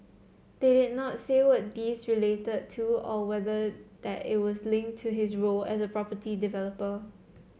they did not say what these related to or whether that was linked to his role as a property developer